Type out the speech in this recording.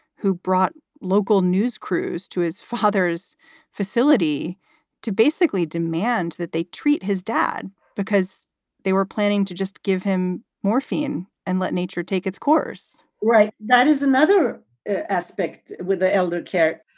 who brought local news crews to his father's facility to basically demand that they treat his dad because they were planning to just give him morphine and let nature take its course right. that is another aspect with the elder care.